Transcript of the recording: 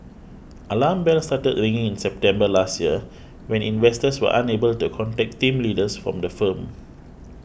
alarm bells started ringing in September last year when investors were unable to contact team leaders from the firm